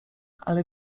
ale